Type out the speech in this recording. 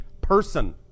person